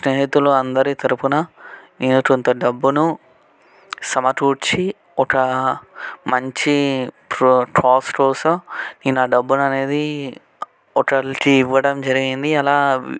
స్నేహితులు అందరి తరపున నేను కొంత డబ్బును సమకూర్చి ఒక మంచి ప్రో కాస్ కోసం నేను ఆ డబ్బును అనేది ఒకళ్ళకి ఇవ్వడం జరిగింది అలా